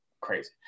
crazy